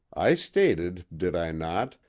i stated, did i not,